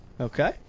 Okay